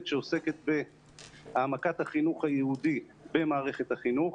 שעוסקת בהעמקת החינוך היהודי במערכת החינוך.